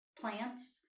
plants